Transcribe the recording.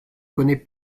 connaît